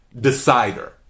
decider